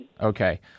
Okay